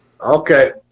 Okay